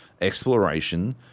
exploration